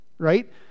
right